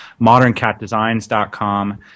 moderncatdesigns.com